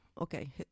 Okay